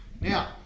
Now